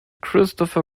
christopher